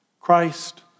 Christ